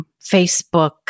Facebook